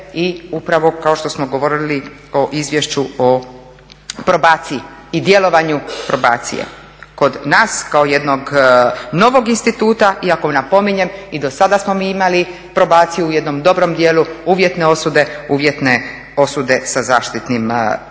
i upravo kao što smo govorili o izvješću o probaciji i djelovanju probacije kod nas kao jednog novog instituta, iako napominjem i do sada smo mi imali probaciju u jednom dobrom dijelu uvjetne osude, uvjetne osude sa